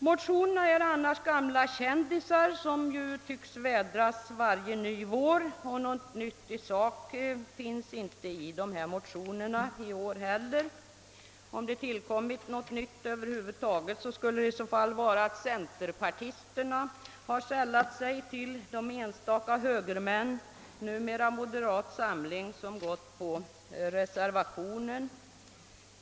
Motionerna är annars gamla kändisar, som tycks vädras varje ny vår, och något nytt i sak finns inte i motionerna i år heller. Om det har tillkommit något nytt över huvud taget, skulle det i så fall vara att centerpartisterna har sällat sig till de enstaka högermän som står för reservationen.